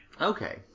Okay